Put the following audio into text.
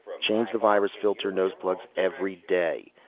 change the virus filter noseplugs every day.